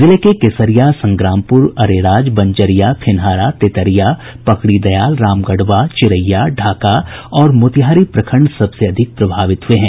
जिले के केसरिया संग्रामपुर अरेराज बंजरिया फेनहारा तेतरिया पकड़ी दयाल रामगढ़वा चिरैया ढ़ाका और मोतिहारी प्रखंड सबसे अधिक प्रभावित हुये हैं